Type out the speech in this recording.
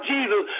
Jesus